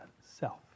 self